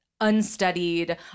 unstudied